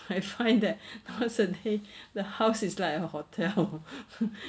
I find that nowadays the house is like a hotel